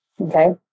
Okay